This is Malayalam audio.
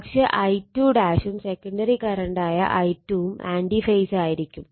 പക്ഷെ I2ഉം സെക്കണ്ടറി കറണ്ടായ I2 ഉം ആൻറി ഫേസായിരിക്കും